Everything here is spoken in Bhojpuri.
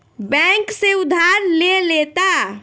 बैंक से उधार ले लेता